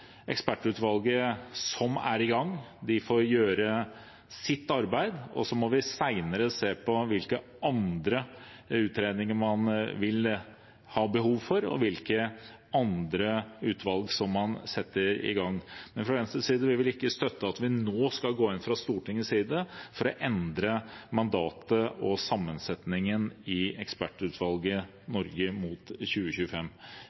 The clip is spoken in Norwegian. ekspertutvalget som er i gang, får gjøre sitt arbeid, og så må vi senere se på hvilke andre utredninger man vil ha behov for, og hvilke andre utvalg som man setter i gang. Fra Venstres side vil vi ikke støtte at vi nå fra Stortingets side skal gå inn og endre mandatet og sammensetningen i ekspertutvalget Norge mot 2025.